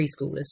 preschoolers